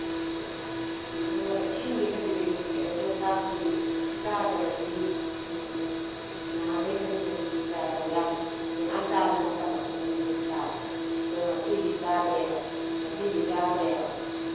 ꯏꯁꯤꯡꯗꯤ ꯈꯖꯤꯛ ꯈꯖꯤꯛ ꯈꯖꯤꯛ ꯊꯛꯑꯦ ꯑꯗꯨ ꯆꯥꯛꯇꯤ ꯆꯥꯗꯕꯗꯤ ꯅꯍꯥꯛꯗꯩ ꯈꯖꯤꯛ ꯈꯖꯤꯛꯇꯤ ꯆꯥꯏꯕ ꯌꯥꯝ ꯃꯌꯥꯝ ꯆꯥꯕ ꯅꯠꯇꯕ ꯈꯖꯤꯛ ꯈꯖꯤꯛꯇꯤ ꯆꯥꯕ ꯑꯗꯨ ꯉꯁꯤꯗꯤ ꯆꯥꯗ꯭ꯔꯦꯕ ꯉꯁꯤꯗꯤ ꯆꯥꯗ꯭ꯔꯦꯕ